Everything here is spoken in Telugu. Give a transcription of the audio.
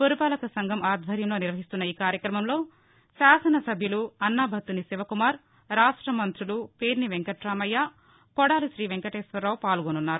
పురపాలక సంఘం ఆధ్వర్యంలో నిర్వహిస్తున్న ఈ కార్యక్రమంలో శాసనసభ్యులు అన్నాబత్తుని శివకుమార్ రాష్ట మంతులు పేర్ని వెంకటామయ్య కొడాలి తీ వెంకటేశ్వరరావు పాల్గొనసున్నారు